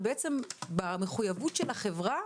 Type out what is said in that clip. ובעצם במחויבות של החברה